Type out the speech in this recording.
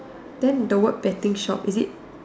then the word betting shop is it